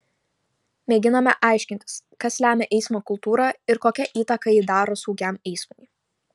mėginame aiškintis kas lemia eismo kultūrą ir kokią įtaką ji daro saugiam eismui